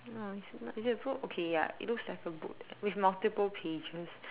no it's not is it a book okay ya it looks like a book with multiple pages